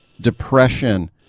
depression